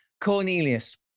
Cornelius